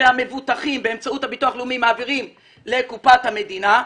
שהמבוטחים מעבירים באמצעות הביטוח הלאומי לקופת המדינה,